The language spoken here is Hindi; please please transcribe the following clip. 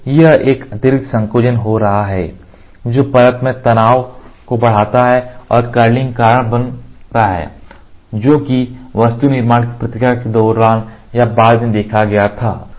तो एक अतिरिक्त संकोचन हो रहा है जो परत में तनाव को बढ़ाता है और कर्लिंग का कारण बनता है जो कि वस्तु निर्माण की प्रक्रिया के दौरान या बाद में देखा गया था